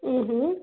ಊಂ ಹ್ಞೂ